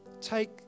take